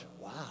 Wow